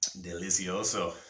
Delicioso